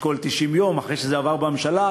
לשקול 90 יום אחרי שזה עבר בממשלה.